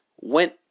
went